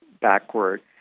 backward